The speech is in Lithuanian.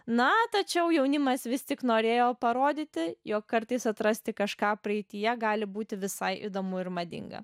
na tačiau jaunimas vis tik norėjo parodyti jog kartais atrasti kažką praeityje gali būti visai įdomu ir madinga